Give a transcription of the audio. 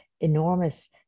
enormous